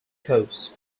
coast